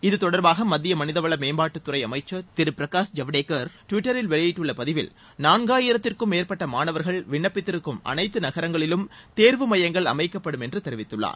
இது தொடர்பாக மத்திய மனிதவள மேம்பாட்டுத்துறை அமைச்சர் திரு பிரகாஷ் ஜவடேகர் டுவெட்டரில் வெளியிட்டுள்ள பதிவில் நான்காயிரத்திற்கும் மேற்பட்ட மாணவர்கள் விண்ணப்பித்திருக்கும் அனைத்து நகரங்களிலும் தேர்வு மையங்கள் அமைக்கப்படும் என்று தெரிவித்துள்ளார்